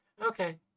Okay